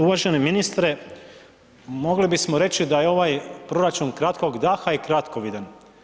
Uvaženi ministre, mogli bismo reći da je ovaj proračun kratkog daha i kratkovidan.